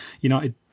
United